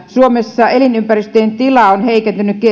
suomessa elinympäristöjen tila on heikentynyt